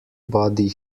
body